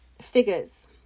figures